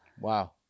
Wow